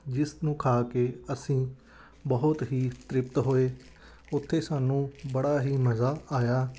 ਜਿਸ ਨੂੰ ਖਾ ਕੇ ਅਸੀਂ ਬਹੁਤ ਹੀ ਤ੍ਰਿਪਤ ਹੋਏ ਉੱਥੇ ਸਾਨੂੰ ਬੜਾ ਹੀ ਮਜ਼ਾ ਆਇਆ